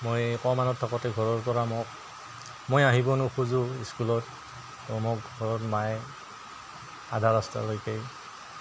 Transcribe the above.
মই ক মানত থাকোঁতে ঘৰৰ পৰা মোক মই আহিব নোখোজোঁ স্কুলত মোক ঘৰত মায়ে আধা ৰাস্তালৈকে